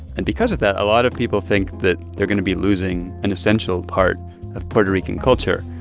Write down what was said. and because of that, a lot of people think that they're going to be losing an essential part of puerto rican culture.